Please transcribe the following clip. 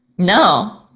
no.